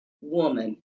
woman